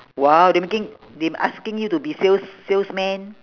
!wow! they making they asking you to be sales salesman